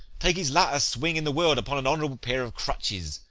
take his latter swing in the world upon an honourable pair of crutches,